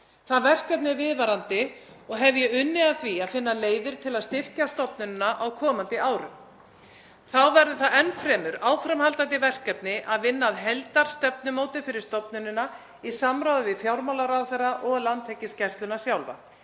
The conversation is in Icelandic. Það verkefni er viðvarandi og hef ég unnið að því að finna leiðir til að styrkja stofnunina á komandi árum. Þá verður það enn fremur áframhaldandi verkefni að vinna að heildarstefnumótun fyrir stofnunina í samráði við fjármálaráðherra og Landhelgisgæsluna sjálfa